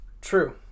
True